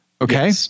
okay